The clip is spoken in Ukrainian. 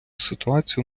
ситуацію